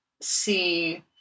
see